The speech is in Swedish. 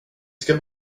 ska